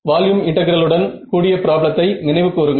volume இன்டெகிரலுடன் கூடிய ப்ராப்ளத்தை நினைவு கூறுங்கள்